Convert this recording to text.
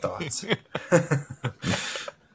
thoughts